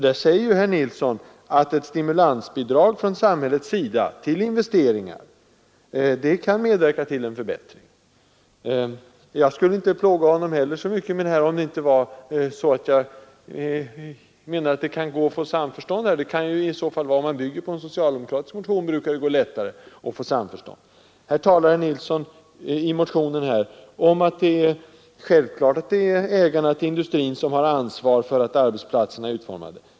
Där säger herr Nilsson att ett stimulansbidrag från samhällets sida till investeringar kan medverka till en förbättring. Jag skulle inte återkomma så mycket till det här, om det inte var så att jag menar att det kan gå att få samförstånd. Om man bygger på en socialdemokratisk motion brukar det ju gå lättare att få samförstånd. Herr Nilsson talade i motionen om att det är självklart att det är ägaren till industrin som har ansvar för hur arbetsplatserna är utformade.